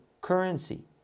currency